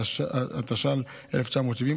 התש"ל 1970,